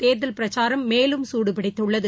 தேர்தல் பிரச்சாரம் மேலும் சூடுபிடித்துள்ளது